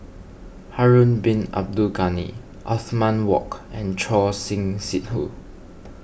Harun Bin Abdul Ghani Othman Wok and Choor Singh Sidhu